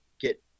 get